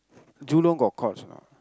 Jurong got Courts or not